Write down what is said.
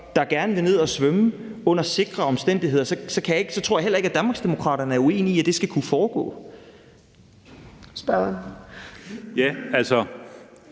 der gerne vil ned at svømme under sikre omstændigheder, tror jeg heller ikke, at Danmarksdemokraterne er uenige i, at det skal kunne foregå. Kl.